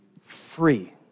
free